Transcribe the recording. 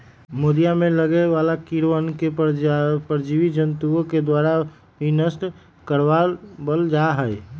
मोदीया में लगे वाला कीड़वन के परजीवी जंतुअन के द्वारा भी नष्ट करवा वल जाहई